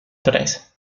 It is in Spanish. tres